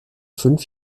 fünf